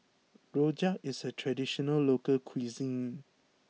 Rojak is a traditional local cuisine